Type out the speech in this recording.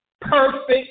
perfect